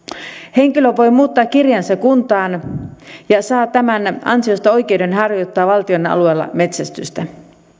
henkilö voi muuttaa kirjansa kuntaan ja saa tämän ansiosta oikeuden harjoittaa valtion alueella metsästystä